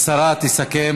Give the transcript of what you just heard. השרה תסכם.